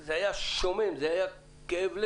זה היה שומם, זה היה כאב לב.